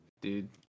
Dude